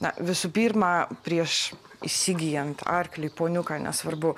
na visų pirma prieš įsigyjant arklį poniuką nesvarbu